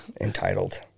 Entitled